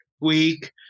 week